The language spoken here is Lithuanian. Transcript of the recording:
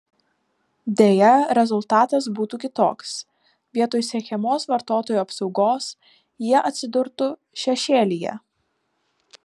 deja rezultatas būtų kitoks vietoj siekiamos vartotojų apsaugos jie atsidurtų šešėlyje